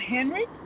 Henry